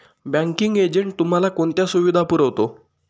Banking agent तुम्हाला कोणत्या सुविधा पुरवतो?